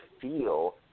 feel